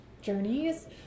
journeys